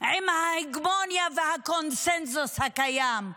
עם ההגמוניה והקונסנזוס הקיים.